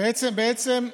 בעצם,